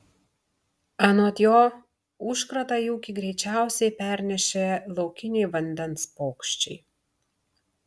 anot jo užkratą į ūkį greičiausiai pernešė laukiniai vandens paukščiai